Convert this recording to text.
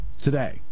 today